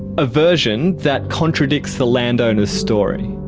a version that contradicts the landowner's story.